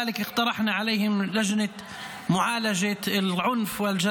שלא הצליחה ולא רצתה להקים ועדה מיוחדת לענייני